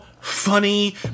funny